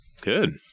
Good